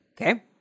okay